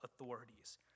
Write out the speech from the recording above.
authorities